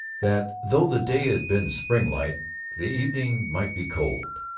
that though the day had been springlike the evening might be cold.